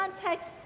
context